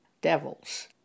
devils